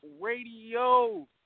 radio